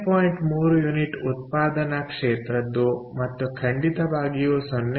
3 unit ಉತ್ಪಾದನ ಕ್ಷೇತ್ರದ್ದು ಮತ್ತು ಖಂಡಿತವಾಗಿಯೂ 0